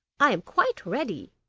i am quite ready